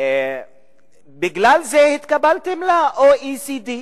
בגלל זה התקבלתם ל-OECD.